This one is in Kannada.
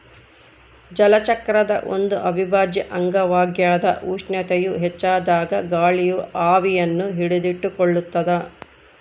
ಜಲಚಕ್ರದ ಒಂದು ಅವಿಭಾಜ್ಯ ಅಂಗವಾಗ್ಯದ ಉಷ್ಣತೆಯು ಹೆಚ್ಚಾದಾಗ ಗಾಳಿಯು ಆವಿಯನ್ನು ಹಿಡಿದಿಟ್ಟುಕೊಳ್ಳುತ್ತದ